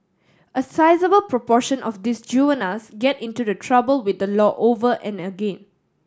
a sizeable proportion of these juveniles get into the trouble with the law over and again